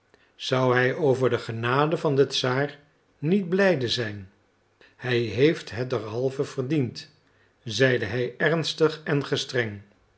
zou hij over de genade van den czaar niet blijde zijn hij heeft het derhalve verdiend zeide hij ernstig en gestreng